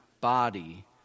body